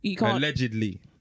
Allegedly